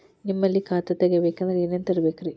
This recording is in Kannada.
ನಿಮ್ಮಲ್ಲಿ ಖಾತಾ ತೆಗಿಬೇಕಂದ್ರ ಏನೇನ ತರಬೇಕ್ರಿ?